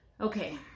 Okay